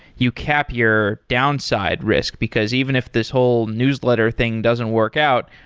you cap your downside risk, because even if this whole newsletter thing doesn't work out.